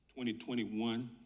2021